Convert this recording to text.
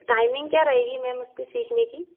timing क्या रहेगी ma'am इसकी सीखने की